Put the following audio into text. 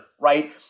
right